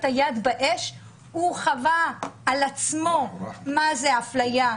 הוא חווה על עצמו מה זו אפליה,